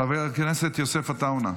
חבר הכנסת יוסף עטאונה,